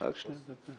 רק שנייה.